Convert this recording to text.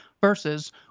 versus